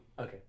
Okay